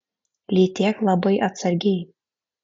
lytėk labai atsargiai